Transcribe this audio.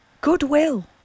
goodwill